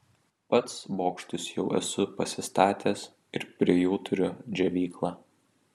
pats bokštus jau esu pasistatęs ir prie jų turiu džiovyklą